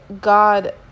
God